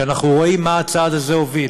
אנחנו רואים למה הצעד הזה הוביל.